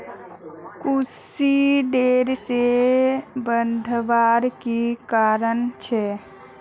कुशी देर से बढ़वार की कारण छे?